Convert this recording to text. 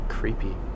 creepy